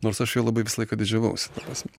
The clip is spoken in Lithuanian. nors aš juo labai visą laiką didžiavausi ta prasme